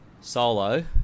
solo